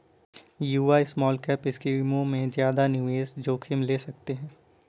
युवा स्मॉलकैप स्कीमों में ज्यादा निवेश जोखिम ले सकते हैं